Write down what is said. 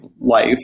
Life